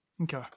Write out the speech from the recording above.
Okay